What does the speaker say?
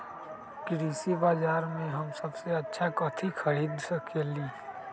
कृषि बाजर में हम सबसे अच्छा कथि खरीद सकींले?